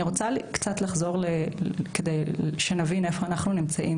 אני רוצה קצת לחזור כדי שנבין היכן אנחנו נמצאים